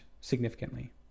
significantly